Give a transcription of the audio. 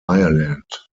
ireland